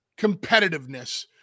competitiveness